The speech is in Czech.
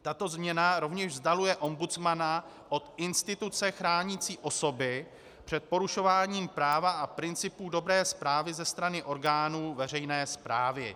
Tato změna rovněž vzdaluje ombudsmana od instituce chránící osoby před porušováním práva a principu dobré správy ze strany orgánů veřejné správy.